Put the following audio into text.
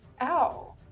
Ow